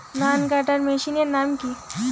ধান কাটার মেশিনের নাম কি?